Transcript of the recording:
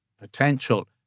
potential